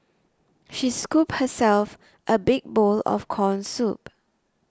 she scooped herself a big bowl of Corn Soup